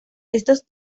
estos